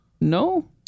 No